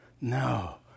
No